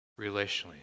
Relationally